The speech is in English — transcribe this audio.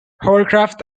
hovercraft